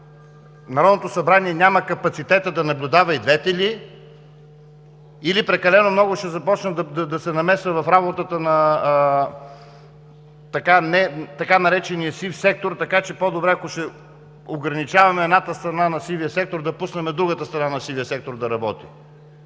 Народното събрание няма капацитета да наблюдава и двете ли, или прекалено много ще започне да се намесва в работата на така наречения „сив сектор“? Така че, ако ще ограничаваме едната страна на сивия сектор, по-добре да пуснем другата страна на сивия сектор да работи